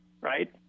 Right